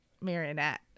Marionette